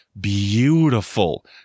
beautiful